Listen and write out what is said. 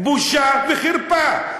בושה וחרפה.